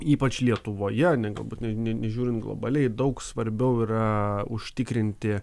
ypač lietuvoje gal būt net žiūrint globaliai daug svarbiau yra užtikrinti